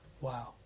Wow